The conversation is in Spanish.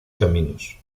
caminos